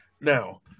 Now